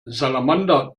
salamander